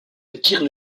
acquiert